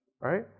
right